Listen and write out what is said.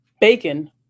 bacon